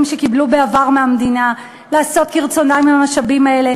שקיבלו בעבר מהמדינה לעשות כרצונם במשאבים האלה